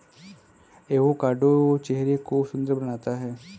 avocado चेहरे को सुंदर बनाता है